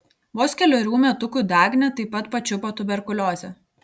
vos kelerių metukų dagnę taip pat pačiupo tuberkuliozė